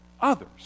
others